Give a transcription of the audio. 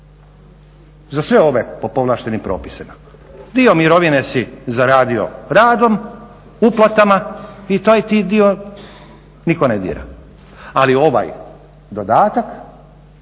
za sve ove po povlaštenim propisima. Dio mirovine si zaradio radom, uplatama i taj ti dio nitko ne dira. Ali ovaj dodatak